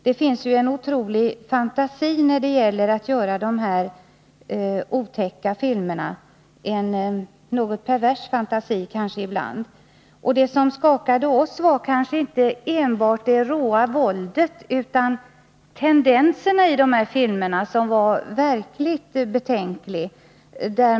Det finns ju en otrolig fantasi när det gäller att göra dessa otäcka filmer — ibland kanske en något pervers fantasi. Det som skakade oss i kulturutskottet var inte enbart det råa våldet utan även tendensen i filmerna, som verkligen var betänklig.